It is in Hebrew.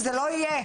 זה לא יהיה.